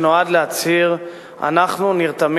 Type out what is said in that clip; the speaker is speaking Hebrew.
שנועד להצהיר: אנחנו נרתמים